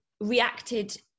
reacted